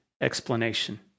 explanation